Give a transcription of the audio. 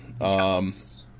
yes